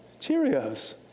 Cheerios